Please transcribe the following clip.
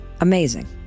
amazing